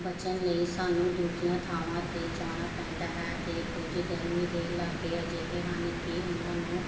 ਬਚਣ ਲਈ ਸਾਨੂੰ ਦੂਜੀਆਂ ਥਾਵਾਂ 'ਤੇ ਜਾਣਾ ਪੈਂਦਾ ਹੈ ਅਤੇ ਕੁਝ ਗਰਮੀ ਦੇ ਇਲਾਕੇ ਅਜਿਹੇ ਹਨ ਕਿ ਉਨਾਂ ਨੂੰ